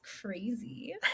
crazy